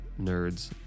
nerds